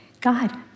God